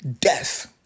death